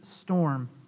storm